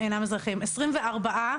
לאור האתגרים הרבים